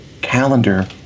calendar